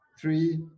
three